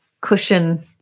cushion